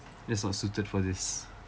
that's not suited for this